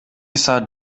саат